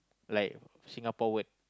like Singapore word